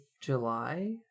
July